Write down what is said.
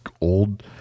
old